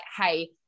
hey